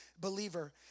believer